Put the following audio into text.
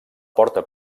porta